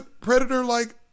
Predator-like